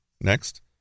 Next